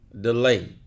delay